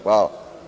Hvala.